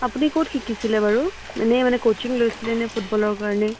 আপুনি ক'ত শিকিছিলে বাৰু এনেই মানে কচিং লৈছিলেনে ফুটবলৰ কাৰণে